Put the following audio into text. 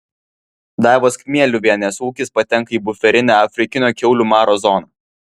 daivos kmieliuvienės ūkis patenka į buferinę afrikinio kiaulių maro zoną